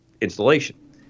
installation